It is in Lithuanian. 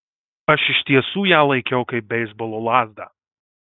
aš iš tiesų ją laikiau kaip beisbolo lazdą